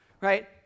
right